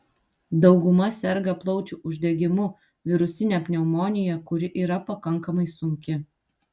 dauguma serga plaučių uždegimu virusine pneumonija kuri yra pakankamai sunki